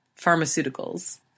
Pharmaceuticals